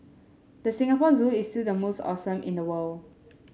the Singapore Zoo is still the most awesome in the world